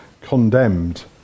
condemned